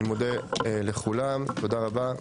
אני מודה לכולם, תודה רבה.